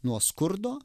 nuo skurdo